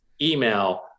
email